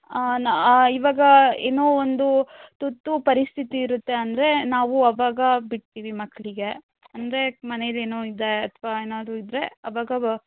ಆ ನ ಇವಾಗ ಏನೋ ಒಂದು ತುರ್ತು ಪರಿಸ್ಥಿತಿ ಇರುತ್ತೆ ಅಂದರೆ ನಾವು ಅವಾಗ ಬಿಡ್ತೀವಿ ಮಕ್ಕಳಿಗೆ ಅಂದರೆ ಮನೆದು ಏನೋ ಇದೆ ಅಥ್ವಾ ಏನಾದರೂ ಇದ್ದರೆ ಅವಾಗ ವ